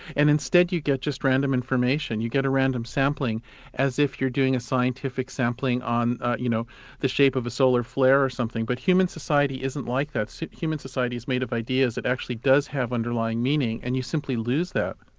and instead you get just random information you get a random sampling as if you're doing a scientific sampling on you know the shape of a solar flare or something. but human society isn't like that. so human society is made of ideas, it actually does have underlying meaning, and you simply lose that.